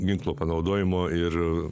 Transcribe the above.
ginklo panaudojimo ir